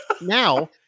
Now